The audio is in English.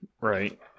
Right